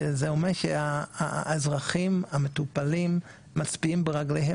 שזה אומר שהאזרחים המטופלים מצביעים ברגליהם